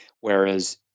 whereas